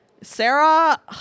Sarah